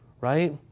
right